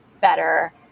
better